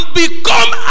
become